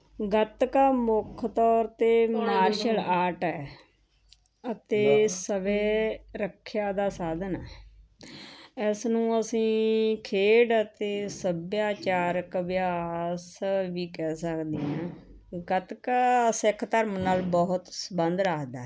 ਗਤਕਾ ਮੁੱਖ ਤੌਰ 'ਤੇ ਮਾਰਸ਼ਲ ਆਰਟ ਹੈ ਅਤੇ ਸਵੈ ਰੱਖਿਆ ਦਾ ਸਾਧਨ ਹੈ ਇਸ ਨੂੰ ਅਸੀਂ ਖੇਡ ਅਤੇ ਸੱਭਿਆਚਾਰਕ ਅਭਿਆਸ ਵੀ ਕਹਿ ਸਕਦੇ ਹਾਂ ਗਤਕਾ ਸਿੱਖ ਧਰਮ ਨਾਲ ਬਹੁਤ ਸੰਬੰਧ ਰੱਖਦਾ